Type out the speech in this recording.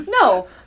No